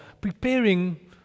preparing